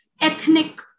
ethnic